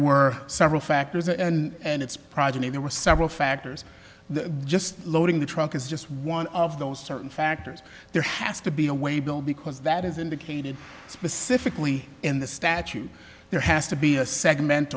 were several factors and its progeny there were several factors just loading the truck is just one of those certain factors there has to be a way bill because that is indicated specifically in the statute there has to be a segment